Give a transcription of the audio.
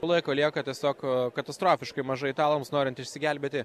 laiko lieka tiesiog katastrofiškai mažai italams norint išsigelbėti